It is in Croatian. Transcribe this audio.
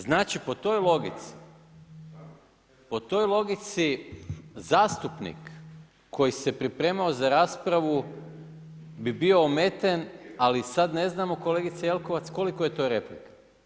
Znači, po toj logici, po toj logici zastupnik koji se je pripremao za raspravu bi bio ometen ali sad ne znamo kolegice Jelkovac, koliko je to replika.